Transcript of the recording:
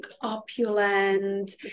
opulent